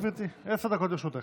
בבקשה, גברתי, עשר דקות לרשותך.